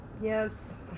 yes